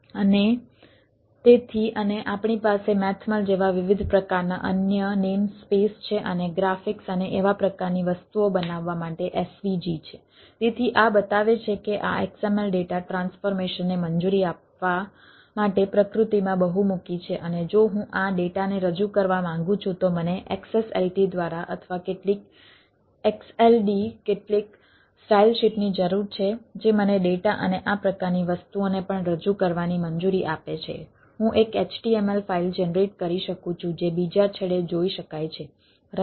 અને તેથી અને આપણી પાસે મેથમલ જેવા વિવિધ પ્રકારના અન્ય નેમસ્પેસ છે અને ગ્રાફિક્સ જનરેટ કરી શકું છું જે બીજા છેડે જોઈ શકાય છે બરાબર